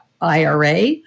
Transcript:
IRA